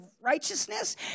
righteousness